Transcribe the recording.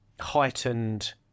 heightened